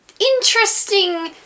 interesting